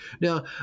Now